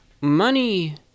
Money